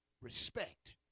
respect